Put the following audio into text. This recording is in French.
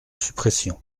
suppression